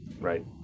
right